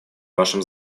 вашем